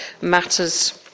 matters